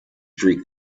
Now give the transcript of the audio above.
streak